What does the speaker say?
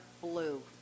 blue